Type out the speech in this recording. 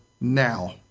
now